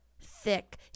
thick